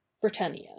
Britannia